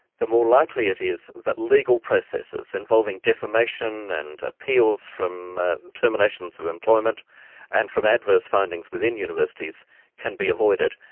the more likely it is that legal processes involving defamation and appeals from terminations of employment and from adverse findings within universities can be avoided,